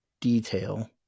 detail